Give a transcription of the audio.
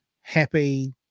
happy